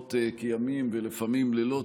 לילות כימים ולפעמים לילות,